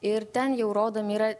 ir ten jau rodomi yra